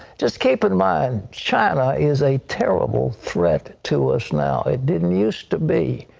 just keep in mind, china is a terrible threat to us now. it didn't used to be,